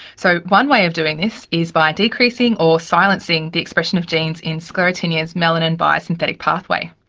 so one way of doing this is by decreasing or silencing the expression of genes in sclerotinia's melanin biosynthetic pathway.